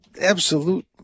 absolute